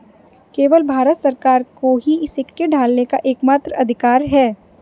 केवल भारत सरकार को ही सिक्के ढालने का एकमात्र अधिकार है